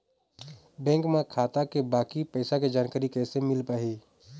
Bank म खाता के बाकी पैसा के जानकारी कैसे मिल पाही?